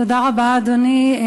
תודה רבה, אדוני.